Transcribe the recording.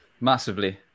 Massively